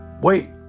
wait